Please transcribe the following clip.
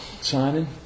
signing